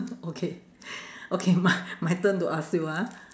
okay okay my my turn to ask you ah